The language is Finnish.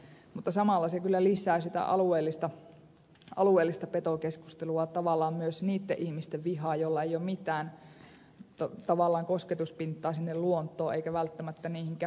mutta samalla se kyllä lissää sitä alueellista petokeskustelua ja tavallaan myös niitten ihmisten vihaa joilla ei ole mitään tavallaan kosketuspintaa sinne luontoon eikä välttämättä niihinkään petoihin